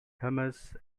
hummus